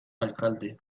alcalde